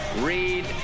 Read